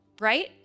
Right